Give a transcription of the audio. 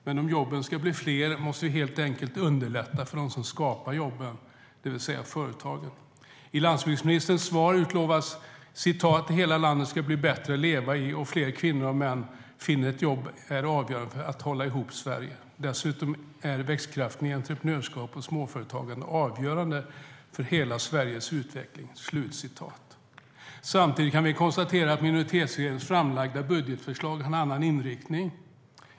Men om jobben ska bli fler måste vi helt enkelt underlätta för dem som skapar jobben, det vill säga företagen. Samtidigt kan vi konstatera att minoritetsregeringens framlagda budgetförslag har en annan inriktning.